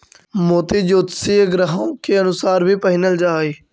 मोती ज्योतिषीय ग्रहों के अनुसार भी पहिनल जा हई